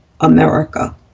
America